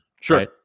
Sure